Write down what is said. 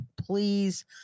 please